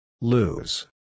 Lose